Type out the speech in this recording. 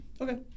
Okay